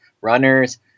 runners